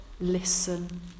Listen